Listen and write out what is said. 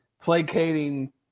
placating